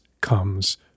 comes